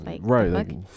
Right